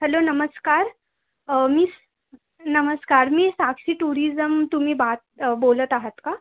hello नमस्कार मी नमस्कार मी साक्षी टूरिझम तुम्ही बात बोलत आहांत का